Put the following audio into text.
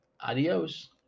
Adios